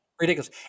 ridiculous